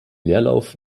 leerlauf